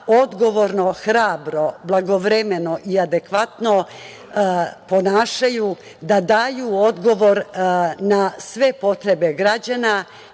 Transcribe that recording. odgovorno, hrabro, blagovremeno i adekvatno ponašaju, da daju odgovor na sve potrebe građana,